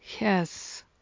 yes